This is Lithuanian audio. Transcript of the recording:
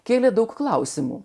kėlė daug klausimų